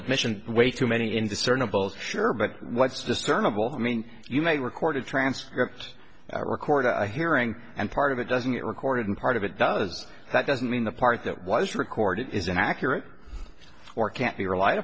admission way too many indiscernible sure but what's discernible that mean you make recorded transcript a record i hearing and part of it doesn't record and part of it does that doesn't mean the part that was recorded isn't accurate or can't be relied